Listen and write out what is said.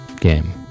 game